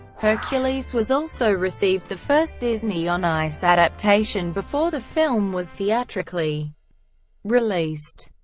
hercules was also received the first disney on ice adaptation before the film was theatrically released.